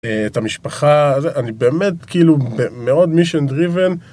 את המשפחה אני באמת כאילו מאוד מישן driven.